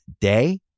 day